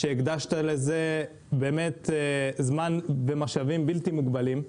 שהקדשת לזה זמן ומשאבים בלתי מוגבלים,